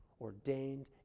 ordained